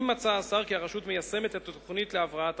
"אם מצא השר כי הרשות מיישמת את התוכנית להבראת הרשות".